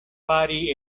fari